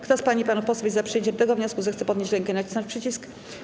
Kto z pań i panów posłów jest za przyjęciem tego wniosku, zechce podnieść rękę i nacisnąć przycisk.